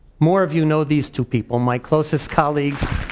more of you know these two people, my closest colleagues,